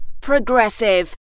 Progressive